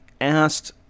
asked